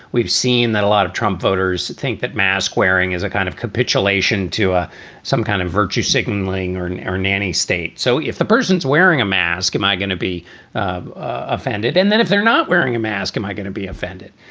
we've seen that a lot of trump voters think that mask wearing is a kind of capitulation to some kind of virtue signalling or and or nanny state. so if the person's wearing a mask, am i going to be offended? and then if they're not wearing a mask, am i going to be offended?